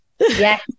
Yes